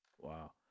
wow